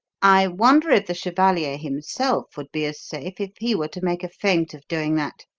i wonder if the chevalier himself would be as safe if he were to make a feint of doing that?